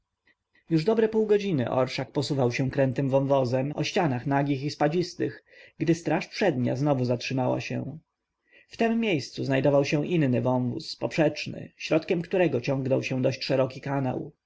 już dobre pół godziny orszak posuwał się krętym wąwozem o ścianach nagich i spadzistych gdy straż przednia znowu zatrzymała się w tem miejscu znajdował się inny wąwóz poprzeczny środkiem którego ciągnął się dość szeroki kanał